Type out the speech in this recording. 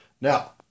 Now